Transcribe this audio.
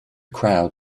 crowd